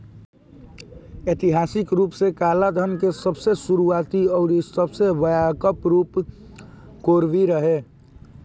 ऐतिहासिक रूप से कालाधान के सबसे शुरुआती अउरी सबसे व्यापक रूप कोरवी रहे